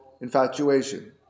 infatuation